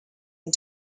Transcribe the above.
and